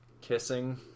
Kissing